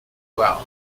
well